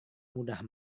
mudah